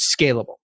scalable